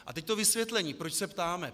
A teď to vysvětlení, proč se ptáme.